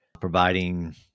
providing